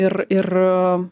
ir ir